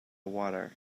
water